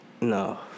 No